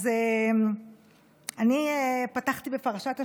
אז אני פתחתי בפרשת השבוע,